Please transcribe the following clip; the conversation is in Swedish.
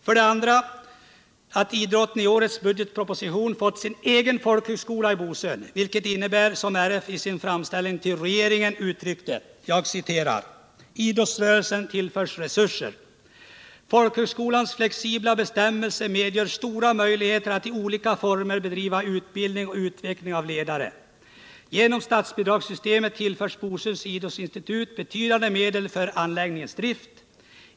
För det andra har idrotten i årets budgetproposition fått sin egen folkhögskola i Bosön, vilket — som RF i sin framställning till regeringen uttryckt det — innebär att ”Idrottsrörelsen tillförs resurser. Folkhögskolans flexibla bestämmelser medger stora möjligheter att i olika former bedriva utbildning och utveckling av ledare. Genom statsbidragssystemet tillförs Bosöns idrottsinstitut betydande medel för anläggningens drift.